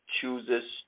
chooses